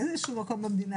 באיזה שהוא מקום במדינה,